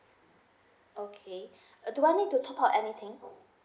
okay uh do I need to top up anything